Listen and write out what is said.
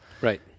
right